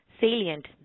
salient